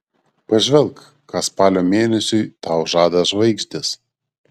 pažvelk ką spalio mėnesiui tau žada žvaigždės